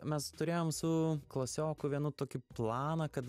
mes turėjom su klasioku vienu tokį planą kad